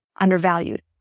undervalued